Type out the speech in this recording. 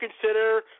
consider